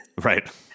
Right